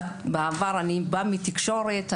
אני באה מתחום התקשורת,